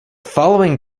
following